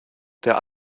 der